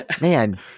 man